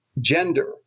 gender